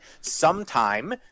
sometime